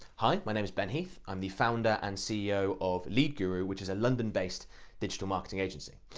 hi my name is ben heath i'm the founder and ceo of lead guru which is a london-based digital marketing agency.